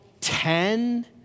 ten